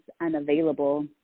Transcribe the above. unavailable